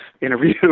interview